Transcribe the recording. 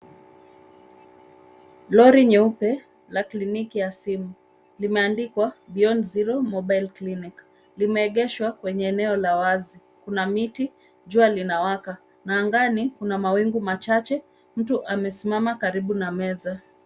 Lori nyeupe la kliniki ya simu limeandikwa Beyond Zero Mobile Clinic. Limeegeshwa kwenye eneo la wazi. Kuna miti, jua linawaka na angani kuna mawingu machache. Mtu amesimama karibu na meza.